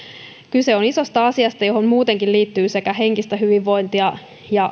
kyse on isosta asiasta johon muutenkin liittyy henkistä hyvinvointia ja